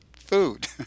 food